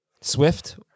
Swift